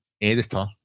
editor